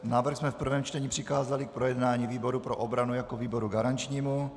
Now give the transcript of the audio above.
Návrh jsme v prvém čtení přikázali k projednání výboru pro obranu jako výboru garančnímu.